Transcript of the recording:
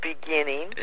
beginning